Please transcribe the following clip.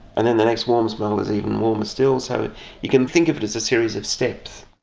and then the next warmer spell is even warmer still. so you can think of it as a series of steps.